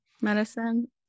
Medicine